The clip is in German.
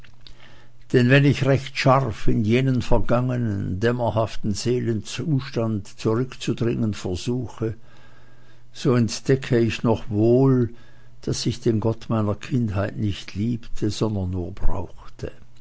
denn wenn ich recht scharf in jenen vergangenen dämmerhaften seelenzustand zurückzudringen versuchte so entdecke ich noch wohl daß ich den gott meiner kindheit nicht liebte sondern nur brauchte